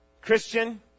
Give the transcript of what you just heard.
Christian